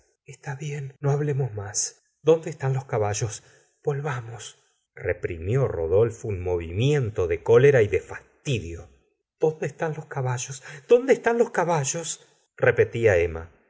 está bien no hablemos más dónde estn los caballos volvamos reprimió rodolfo un movimiento de cólera y de fastidio dónde están los caballos dónde están los caballos repetia emma